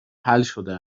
حلشده